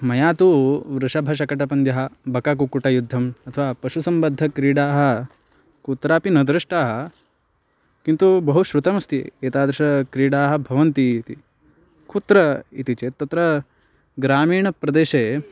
मया तु वृषभषकटपन्द्यः बककुक्कुटयुद्धम् अथवा पशुसम्बद्धक्रीडाः कुत्रापि न दृष्टाः किन्तु बहु श्रुतमस्ति एतादृशक्रीडाः भवन्ती इति कुत्र इति चेत् तत्र ग्रामीणप्रदेशे